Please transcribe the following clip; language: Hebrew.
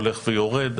הולך ויורד.